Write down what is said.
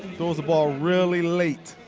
throws the ball really late.